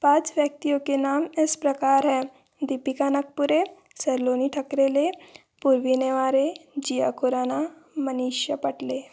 पाँच व्यक्तियों के नाम इस प्रकार हैं दीपिका नागपुरे सलोनी ठकरेले पूर्वी नेवारे जिया खुराना मनीषा पाटले